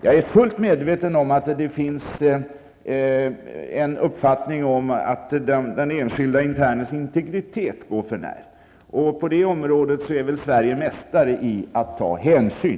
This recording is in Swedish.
Jag är fullt medveten om att det finns en uppfattning om att den enskilda internens integritet gås för när. På detta område är väl Sverige mästare i att ta hänsyn.